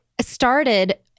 started